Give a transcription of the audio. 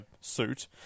suit